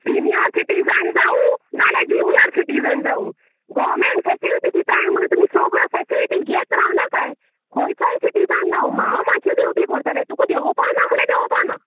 senior citizen जावूं नाल्यार junior citizen जावूं गोव्हरमेंन्ट फेसिलीटी दिताय म्हण तुमी सोगळे फेसिलीटी घेत रावनाकाय खंयचोय सिटीजन जावं हांव म्हाजी ड्यूटी कोरतलें तुका देवोपाना म्हटल्यार दोवोपाना